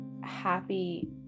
happy